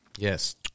Yes